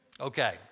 Okay